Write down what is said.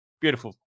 beautiful